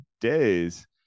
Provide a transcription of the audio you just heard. days